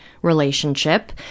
relationship